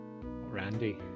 Randy